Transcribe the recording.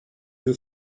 who